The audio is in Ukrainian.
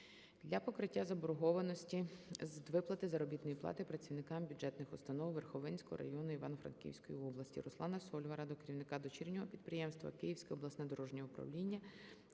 для покриття заборгованості з виплати заробітної плати працівникам бюджетних установ Верховинського району Івано-Франківської області. Руслана Сольвара до керівника дочірнього підприємства "Київське обласне дорожнє управління"